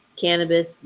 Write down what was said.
Cannabis